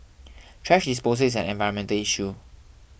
thrash disposal is an environmental issue